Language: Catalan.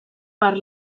per